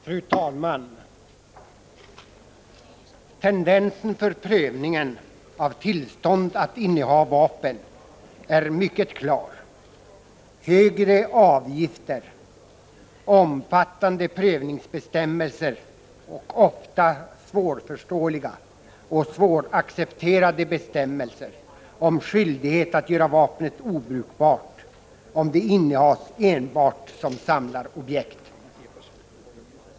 Fru talman! Tendensen för prövningen av tillstånd att inneha vapen är mycket klar: högre avgifter, omfattande prövningsbestämmelser, ofta svårförståeliga och svåraccepterade bestämmelser om skyldighet att göra vapnet obrukbart om det enbart innehas som samlarobjekt.